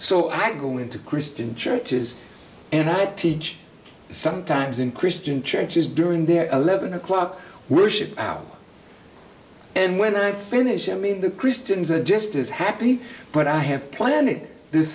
so i go into christian churches and i teach sometimes in christian churches during their eleven o'clock worship out and when i finish i mean the christians are just as happy but i have plan